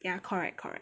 ya correct correct